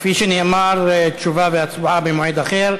כפי שנאמר, תשובה והצבעה במועד אחר.